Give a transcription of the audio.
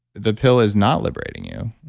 the pill is not liberating you.